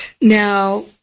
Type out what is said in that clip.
Now